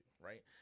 right